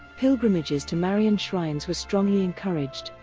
pilgrimages to marian shrines were strongly encouraged,